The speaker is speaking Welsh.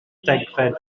degfed